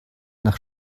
nach